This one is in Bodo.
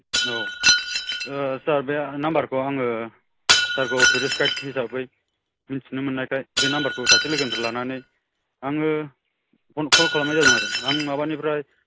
औ सार बे नाम्बारखौ आङो सारखौ थुरिस्द गायद हिसाबै मिथिनो मोननाय खाय बे नाम्बारखौ सासे लोगोनिफ्राइ लानानै आङो पन कल खालामनाय जादों आरो आं माबानिफ्राइ